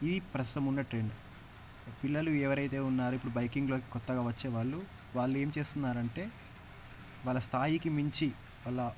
ఈ ప్రస్తుతం ఉన్న ట్రెండ్ ఈ పిల్లలు ఎవరైతే ఉన్నారో ఇప్పుడు బైకింగ్లోకి కొత్తగా వచ్చేవాళ్లు వాళ్ళు ఏం చేస్తున్నారంటే వాళ్ళ స్థాయికి మించి వాళ్ళ